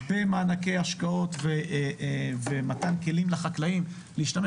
במענקי השקעות ומתן כלים לחקלאים להשתמש